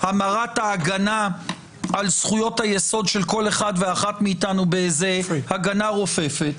המרת ההגנה על זכויות היסוד של כל אחד ואחת מאיתנו באיזה הגנה רופפת,